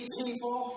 people